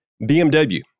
BMW